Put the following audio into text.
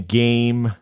game